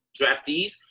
draftees